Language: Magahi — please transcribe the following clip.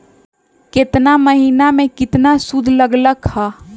केतना महीना में कितना शुध लग लक ह?